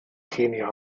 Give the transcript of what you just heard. kenia